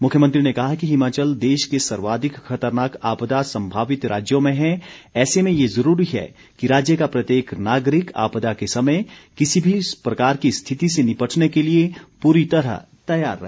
मुख्यमंत्री ने कहा कि हिमाचल देश के सर्वाधिक खतरनाक आपदा संभावित राज्यों में है ऐसे में ये ज़रूरी है कि राज्य का प्रत्येक नागरिक आपदा के समय किसी भी प्रकार की स्थिति से निपटने के लिए पूरी तरह तैयार रहे